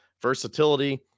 versatility